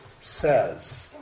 says